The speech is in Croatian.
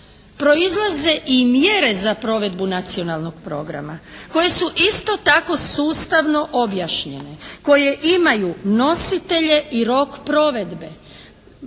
proizlaze i mjere za provedbu Nacionalnog programa koje su isto tako sustavno objašnjene. Koje imaju nositelje i rok provedbe.